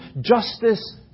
justice